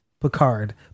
Picard